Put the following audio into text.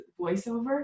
voiceover